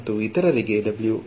ಸೂತ್ರದ ಎರಡು ಅಂಶಗಳು ಯಾವುವು